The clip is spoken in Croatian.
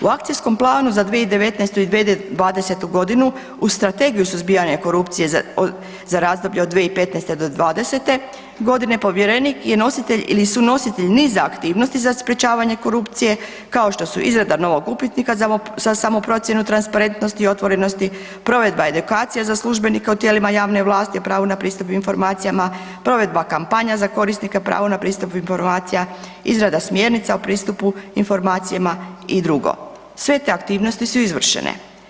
U akcijskom planu za 2019. i 2020. g. u strategiju suzbijanja korupcije za razdoblje od 2015.-'20. g. povjerenik je nositelj ili su nositelji niza aktivnosti za sprječavanje korupcije, kao što su izrada novog upitnika za samoprocjenu transparentnosti i otvorenosti, provedba edukacije za službenike u tijelima javne vlasti o pravu na pristup informacijama, provedba kampanja za korisnike prava na pristup informacija, izrada smjernica o pristupu informacijama i dr. Sve te aktivnosti su izvršene.